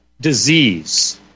disease